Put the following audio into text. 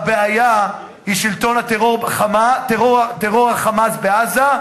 הבעיה היא שלטון טרור ה"חמאס" בעזה,